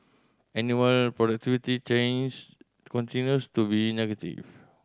annual change continues to be negative